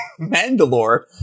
Mandalore